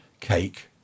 cake